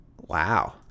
Wow